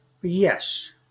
Yes